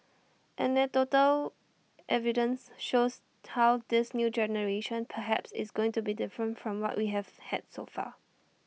anecdotal evidence shows how this new generation perhaps is going to be different from what we have had so far